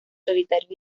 solitarios